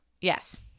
Yes